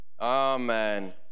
amen